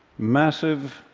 massive